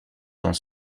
dans